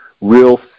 real